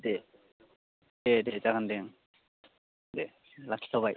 दे दे दे जागोन दे लाखिथ'बाय